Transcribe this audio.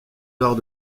arts